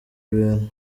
ibintu